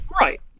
right